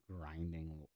grinding